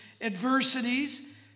adversities